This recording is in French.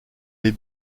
des